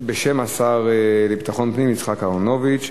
בשם השר לביטחון הפנים יצחק אהרונוביץ.